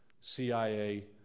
CIA